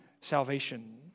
salvation